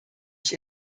ich